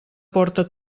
porta